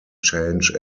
change